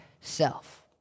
self